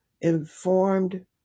informed